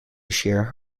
share